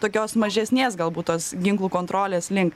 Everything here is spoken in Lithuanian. tokios mažesnės galbūt tos ginklų kontrolės link